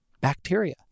bacteria